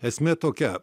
esmė tokia